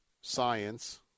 science